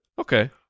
Okay